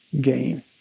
gain